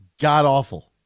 God-awful